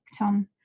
on